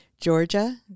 Georgia